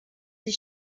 sie